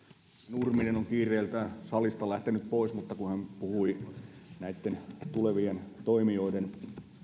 nurminen on kiireiltään salista lähtenyt pois mutta kun hän puhui näitten tulevien toimijoiden